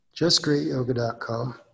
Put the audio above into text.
JustGreatYoga.com